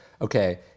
okay